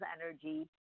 energy